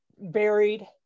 buried